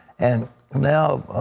and now,